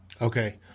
Okay